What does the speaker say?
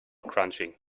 crunching